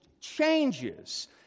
changes